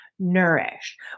nourished